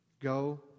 Go